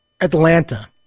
Atlanta